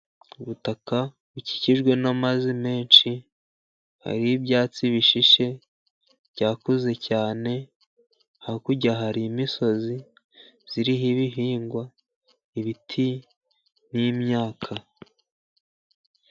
Ubutaka bukikijwe n'amazi menshi, hariho ibyatsi bishishe byakuze cyane, hakurya hari imisozi iriho ibihingwa, ibiti, n'imyaka.